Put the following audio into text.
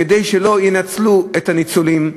כדי שלא ינצלו את הניצולים,